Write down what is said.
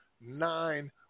nine